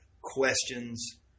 questions